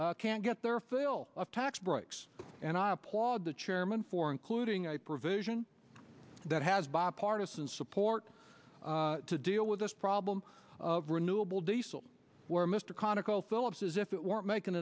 can't get their fill of tax breaks and i applaud the chairman for including a provision that has bipartisan support to deal with this problem of renewable diesel where mr conoco phillips says if it weren't making